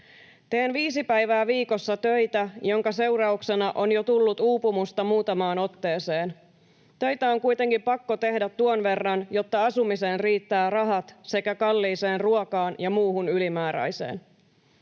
Teen viisi päivää viikossa töitä, jonka seurauksena on jo tullut uupumusta muutamaan otteeseen. Töitä on kuitenkin pakko tehdä tuon verran, jotta asumiseen riittää rahat sekä kalliiseen ruokaan ja muuhun ylimääräiseen.